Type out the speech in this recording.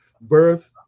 birth